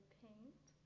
paint